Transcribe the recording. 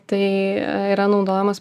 tai yra naudojamas